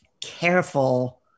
careful